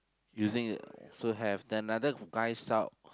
using a so have another guy shout